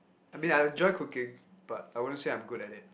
I mean I enjoy cooking but I wouldn't say I'm good at it